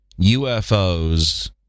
UFOs